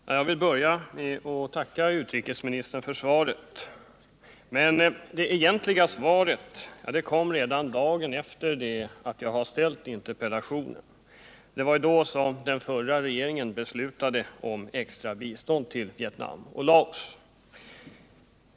Herr talman! Jag vill börja med att tacka utrikesministern för svaret. Det egentliga svaret kom redan dagen efter det att jag hade ställt interpellationen, eftersom det var då den förra regeringen beslutade om extra bistånd till Vietnam och Laos.